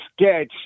sketch